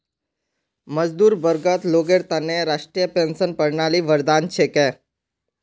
मजदूर वर्गर लोगेर त न राष्ट्रीय पेंशन प्रणाली वरदान छिके